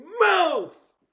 mouth